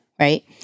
right